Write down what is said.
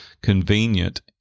convenient